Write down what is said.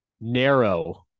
narrow